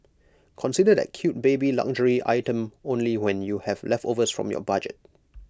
consider that cute baby luxury item only when you have leftovers from your budget